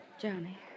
Johnny